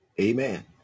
Amen